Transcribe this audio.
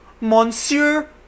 monsieur